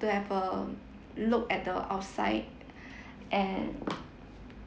to have a look at the outside and